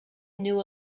knew